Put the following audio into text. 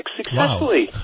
successfully